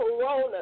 Corona